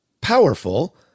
powerful